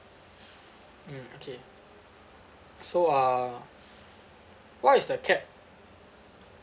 mm okay so uh what is that cap